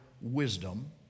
wisdom